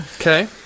Okay